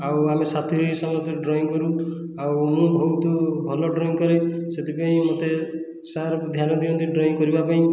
ଆଉ ଆମେ ସାଥୀ ହୋଇ ସମସ୍ତେ ଡ୍ରଇଂ କରୁ ଆଉ ମୁଁ ବହୁତ ଭଲ ଡ୍ରଇଂ କରେ ସେଥିପାଇଁ ମୋତେ ସାର୍ ଧ୍ୟାନ ଦିଅନ୍ତି ଡ୍ରଇଂ କରିବା ପାଇଁ